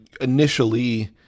initially